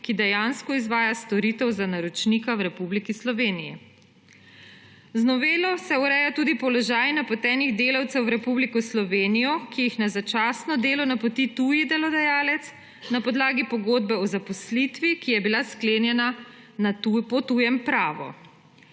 ki dejansko izvaja storitev za naročnika v Republiki Sloveniji. Z novelo se ureja tudi položaj napotenih delavcev v Republiko Slovenijo, ki jih na začasno delo napoti tuji delodajalec na podlagi pogodbe o zaposlitvi, ki je bila sklenjena po tujem pravu.